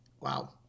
wow